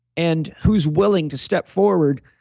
and who's willing to step forward.